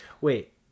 Wait